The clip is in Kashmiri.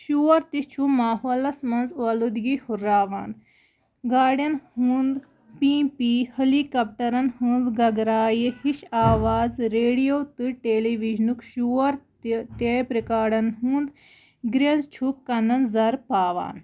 شور تہِ چھُ ماحولَس منٛز اولوٗدگی ہُرراوان گاڑٮ۪ن ہُںٛد پی پی ۂلی کاپٹرَن ہٕنٛز گَگرایہِ ہِش آواز ریڈیو تہٕ ٹیلی ویجنُک شور تہِ ٹیپ رِکاڑَن ہُنٛد گرٛینٛز چھُ کَنَن زَر پاوان